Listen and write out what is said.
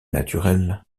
naturel